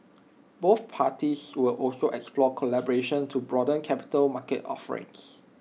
both parties will also explore collaboration to broaden capital market offerings